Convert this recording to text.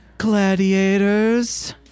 gladiators